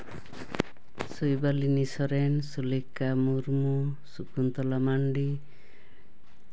ᱥᱩᱭᱵᱟᱞᱤᱱᱤ ᱥᱚᱨᱮᱱ ᱥᱩᱞᱮᱠᱷᱟ ᱢᱩᱨᱢᱩ ᱥᱩᱠᱩᱱᱛᱚᱞᱟ ᱢᱟᱱᱰᱤ